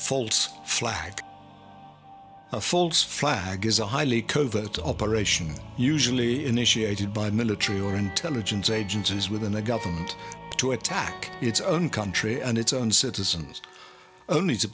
false flag a false flag is a highly covert operation usually initiated by military or intelligence agencies within the government to attack its own country and its own citizens o